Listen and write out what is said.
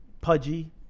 pudgy